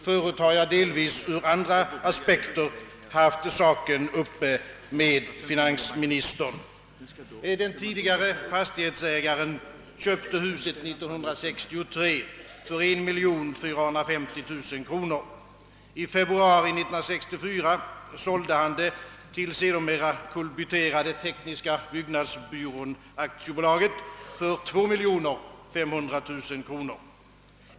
Jag har förut, delvis ur andra aspekter, diskuterat denna fråga med finansministern. Den tidigare fastighetsägaren köpte huset 1963 för 1450 000 kronor. I februari 1964 sålde han det till sedermera kullbytterade Tekniska byggnadsbyrån AB för 2500 000 kronor.